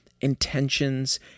intentions